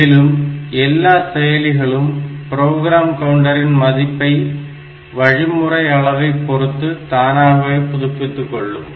மேலும் எல்லா செயலிகளும் ப்ரோக்ராம் கவுண்டரின் மதிப்பை வழிமுறை அளவைப் பொறுத்து தானாகவே புதுப்பித்துக்கொள்ளும்